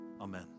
amen